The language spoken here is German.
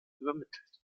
übermittelt